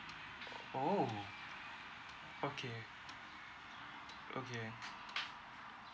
oh okay okay